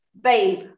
Babe